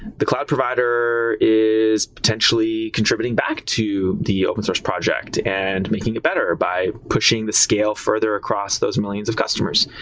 the cloud provider is potentially contributing back to the open source project and making it better by pushing the scale further across those millions of customers.